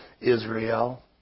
Israel